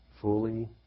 fully